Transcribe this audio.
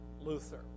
Luther